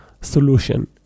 solution